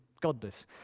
godless